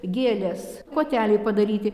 gėlės koteliai padaryti